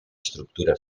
estructura